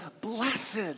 blessed